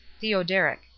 Theoderic